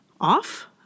off